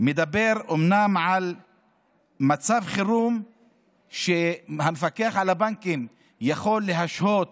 מדבר אומנם על מצב חירום שהמפקח על הבנקים יכול להשהות